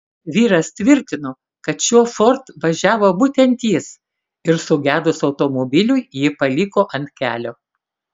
vyras patvirtino kad šiuo ford važiavo būtent jis ir sugedus automobiliui jį paliko ant kelio